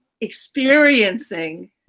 experiencing